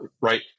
right